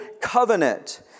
covenant